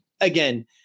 again